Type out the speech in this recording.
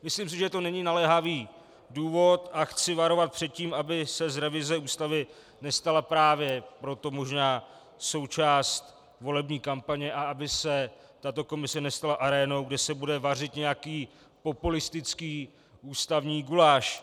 Myslím, že to není naléhavý důvod, a chci varovat před tím, aby se z revize Ústavy nestala právě proto možná součást volební kampaně a aby se tato komise nestala arénou, kde se bude vařit nějaký populistický ústavní guláš.